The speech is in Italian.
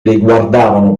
riguardavano